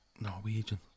Norwegian